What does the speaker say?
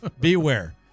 Beware